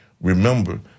Remember